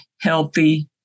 healthy